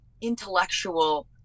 intellectual